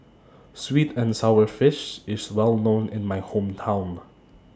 Sweet and Sour Fish IS Well known in My Hometown